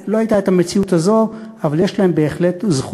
לא הייתה המציאות הזאת,